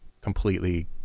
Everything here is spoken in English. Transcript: completely